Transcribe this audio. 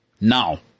Now